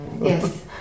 Yes